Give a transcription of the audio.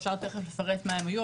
אפשר תכף לפרט מה הם היו,